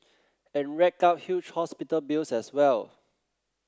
and rack up huge hospital bills as well